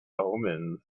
omens